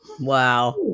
Wow